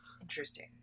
Interesting